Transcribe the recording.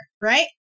Right